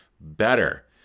better